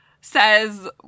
says